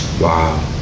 Wow